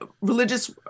religious